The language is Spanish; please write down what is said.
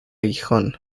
aguijón